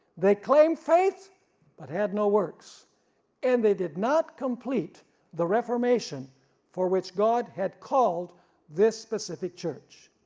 they claimed faith but had no works and they did not complete the reformation for which god had called this specific church.